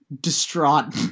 distraught